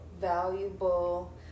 valuable